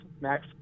max